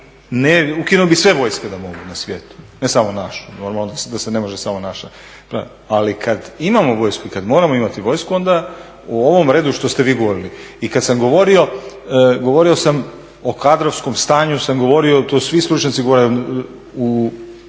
ukinuo bih sve vojske da mogu na svijetu, ne samo našu, normalno da se ne može samo naša, ali kada imamo vojsku i kada moramo imati vojsku onda, u ovom redu što ste vi govorili i kada sam govorio, govorio sam o kadrovskom stanju sam govorio jer to svi stručnjaci govore u